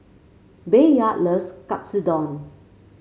Bayard loves Katsudon